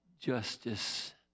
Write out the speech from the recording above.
justice